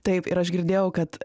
taip ir aš girdėjau kad